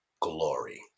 glory